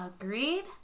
Agreed